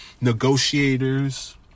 negotiators